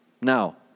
Now